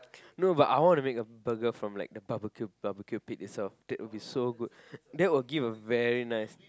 no but I want to make a burger from like the barbecue the barbecue pit itself that would be so good that would give a very nice